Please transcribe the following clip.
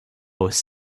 was